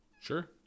Sure